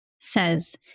says